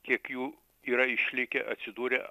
kiek jų yra išlikę atsidūrė